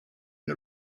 the